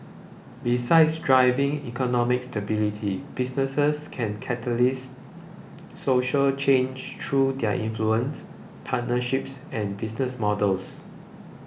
besides driving economic stability businesses can catalyse social change through their influence partnerships and business models